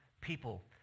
people